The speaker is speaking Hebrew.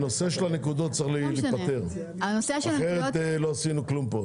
הנושא הנקודות צריך להיפתר אחרת לא עשינו פה כלום.